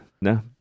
No